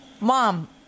Mom